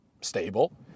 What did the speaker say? stable